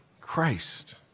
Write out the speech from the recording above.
Christ